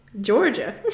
Georgia